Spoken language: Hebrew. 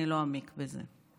אני לא אעמיק בזה.